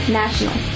national